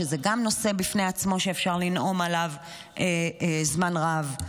שזה גם נושא בפני עצמו שאפשר לנאום עליו זמן רב.